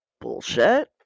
bullshit